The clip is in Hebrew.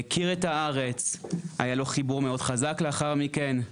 הכיר את הארץ, היה לו חיבור מאוד חזק לאחר מכן.